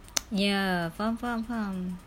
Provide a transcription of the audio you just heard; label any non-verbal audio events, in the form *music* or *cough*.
*noise* ya faham faham faham